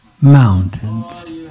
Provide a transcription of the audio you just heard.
mountains